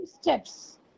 steps